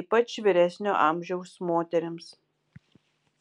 ypač vyresnio amžiaus moterims